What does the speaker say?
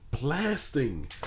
blasting